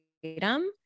freedom